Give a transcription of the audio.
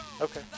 Okay